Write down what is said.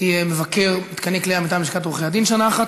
הייתי מבקר מתקני כליאה מטעם לשכת עורכי הדין שנה אחת,